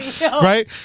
Right